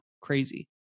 crazy